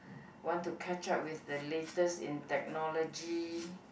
want to catch up with the latest in technology